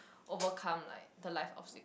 overcome like the life obstacles